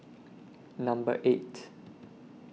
Number eight